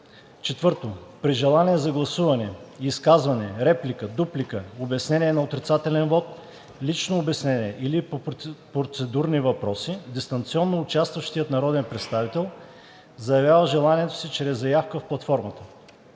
4. При желание за гласуване, изказване, реплика, дуплика, обяснение на отрицателен вот, лично обяснение или по процедурни въпроси дистанционно участващият народен представител заявява желанието си чрез заявка в платформата.